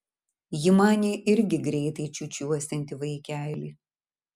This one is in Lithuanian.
ji manė irgi greitai čiūčiuosianti vaikelį